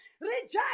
Reject